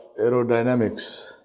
aerodynamics